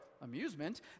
amusement